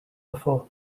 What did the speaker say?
before